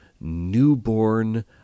newborn